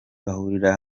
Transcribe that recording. bahurira